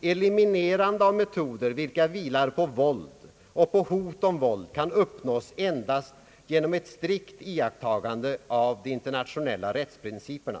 »Eliminerande av metoder vilka vilar på våld och på hot om våld kan uppnås endast genom ett strikt iakttagande av de internationella rättsprinciperna.